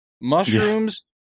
Mushrooms